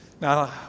Now